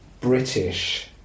British